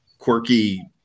quirky